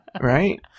right